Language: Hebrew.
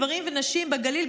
גברים ונשים בגליל,